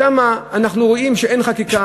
שם אנחנו רואים שאין חקיקה,